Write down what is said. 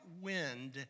wind